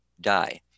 die